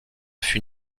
fut